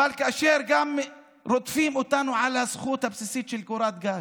אבל כאשר גם רודפים אותנו על הזכות הבסיסית לקורת גג,